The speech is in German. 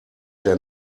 der